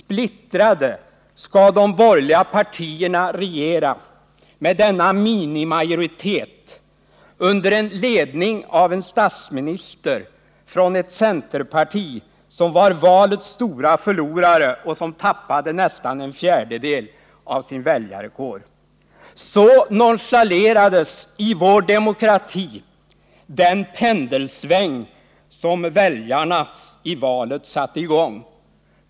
Splittrade skall de borgerliga partierna regera med denna minimajoritet under ledning av en statsminister från ett centerparti, som var valets stora förlorare och som tappade nästan en fjärdedel av sin väljarkår. Så nonchalerades i vår demokrati den pendelsväng som väljarna i valet satte i gång.